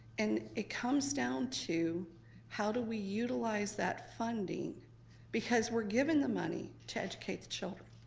and it comes down to how do we utilize that funding because we're given the money to educate the children?